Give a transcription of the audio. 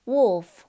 Wolf